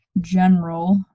general